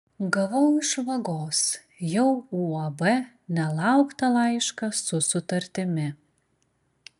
gavau iš vagos jau uab nelauktą laišką su sutartimi